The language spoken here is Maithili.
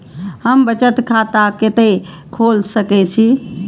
हम बचत खाता कते खोल सके छी?